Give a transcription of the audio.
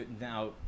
now